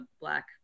black